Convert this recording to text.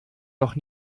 noch